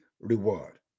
reward